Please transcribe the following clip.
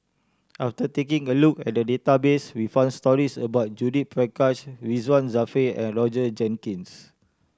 after taking a look at the database we found stories about Judith Prakash Ridzwan Dzafir and Roger Jenkins